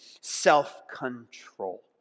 self-control